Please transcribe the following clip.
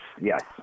yes